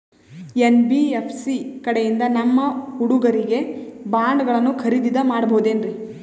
NBFC ಕಡೆಯಿಂದ ನಮ್ಮ ಹುಡುಗರಿಗೆ ಬಾಂಡ್ ಗಳನ್ನು ಖರೀದಿದ ಮಾಡಬಹುದೇನ್ರಿ?